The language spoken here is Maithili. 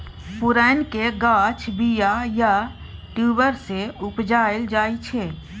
पुरैणक गाछ बीया या ट्युबर सँ उपजाएल जाइ छै